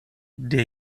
der